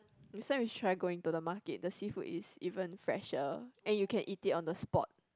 next time you try going to the market the seafood is even fresher and you can eat it on the spot